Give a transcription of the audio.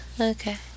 okay